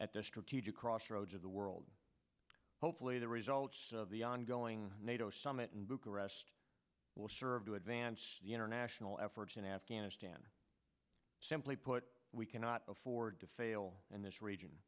at the strategic crossroads of the world hopefully the results of the ongoing nato summit in bucharest will serve to advance the international efforts in afghanistan simply put we cannot afford to fail in this region